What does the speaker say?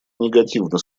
негативно